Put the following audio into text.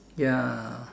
ya